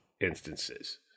instances